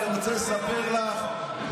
אני רוצה לספר לך,